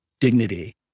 dignity